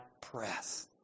press